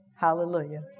Hallelujah